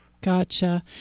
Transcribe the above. Gotcha